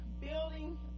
Building